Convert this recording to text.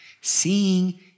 seeing